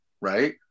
right